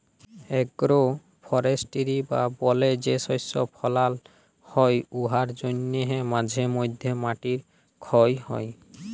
agro forestry বা বলে যে শস্য ফলাল হ্যয় উয়ার জ্যনহে মাঝে ম্যধে মাটির খ্যয় হ্যয়